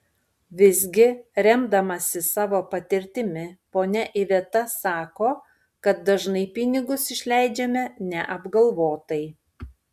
visgi remdamasi savo patirtimi ponia iveta sako kad dažnai pinigus išleidžiame neapgalvotai